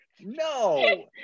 No